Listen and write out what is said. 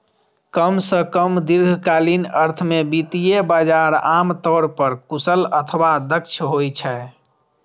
कम सं कम दीर्घकालीन अर्थ मे वित्तीय बाजार आम तौर पर कुशल अथवा दक्ष होइ छै